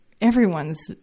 everyone's